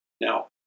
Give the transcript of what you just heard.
Now